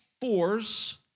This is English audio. fours